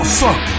fuck